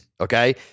okay